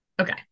okay